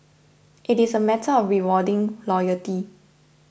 it is a matter of rewarding loyalty